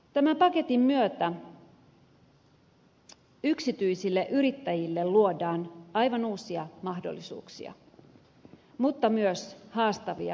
tämän paketin myötä yksityisille yrittäjille luodaan aivan uusia mahdollisuuksia mutta myös haastavia vaatimuksia